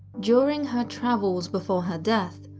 during her travels before her death,